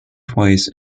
twice